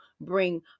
bring